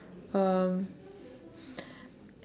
uh